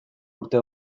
urte